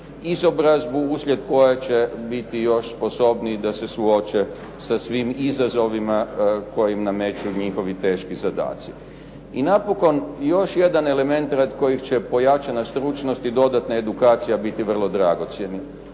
izobrazbu uslijed koje će biti još sposobniji da se suoče sa svim izazovima koje im nameću njihovi teški zadaci. I napokon, još jedan element radi kojeg će pojačana stručnost i dodatna edukacija biti vrlo dragocjeni.